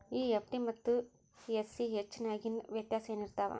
EFT ಮತ್ತ ACH ನ್ಯಾಗಿನ್ ವ್ಯೆತ್ಯಾಸೆನಿರ್ತಾವ?